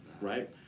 right